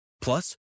Plus